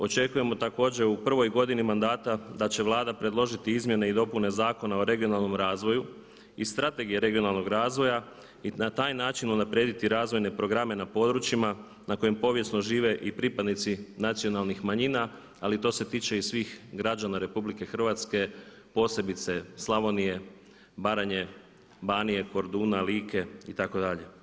Očekujemo također u prvoj godini mandata da će Vlada predložiti izmjene i dopune Zakona o regionalnom razvoju i strategije regionalnog razvoja i na taj način unaprijediti razvojne programe na područjima na kojem povijesno žive i pripadnici nacionalnih manjina ali to se tiče i svih građana RH posebice Slavonije, Baranje, Banije, Korduna, Like itd.